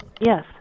Yes